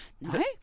no